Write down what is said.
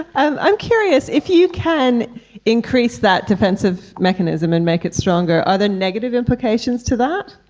i'm i'm curious, if you can increase that defensive mechanism and make it stronger, are there negative implications to that?